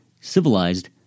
civilized